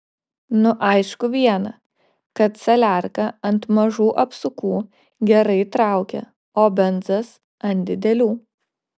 nu aišku viena kad saliarka ant mažų apsukų gerai traukia o benzas ant didelių